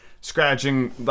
scratching